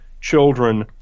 children